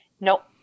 Nope